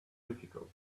difficult